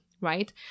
right